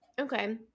Okay